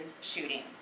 shooting